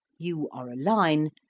you are a line,